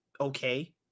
okay